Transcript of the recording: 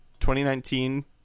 2019